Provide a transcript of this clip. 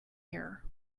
here